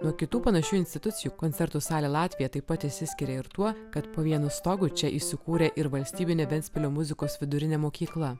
nuo kitų panašių institucijų koncertų salė latvija taip pat išsiskiria ir tuo kad po vienu stogu čia įsikūrė ir valstybinė ventspilio muzikos vidurinė mokykla